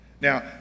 Now